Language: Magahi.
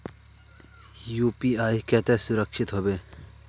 यु.पी.आई केते सुरक्षित होबे है?